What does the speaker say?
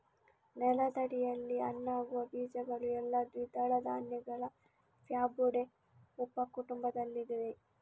ನೆಲದಡಿಯಲ್ಲಿ ಹಣ್ಣಾಗುವ ಬೀಜಗಳು ಎಲ್ಲಾ ದ್ವಿದಳ ಧಾನ್ಯಗಳ ಫ್ಯಾಬೊಡೆ ಉಪ ಕುಟುಂಬದಲ್ಲಿವೆ